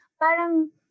Parang